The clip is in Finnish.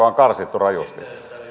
on karsittu rajusti